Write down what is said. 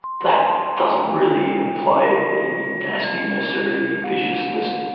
that doesn't really imply any nastiness or any viciousness.